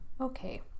Okay